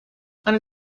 eine